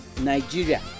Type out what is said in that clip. Nigeria